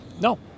no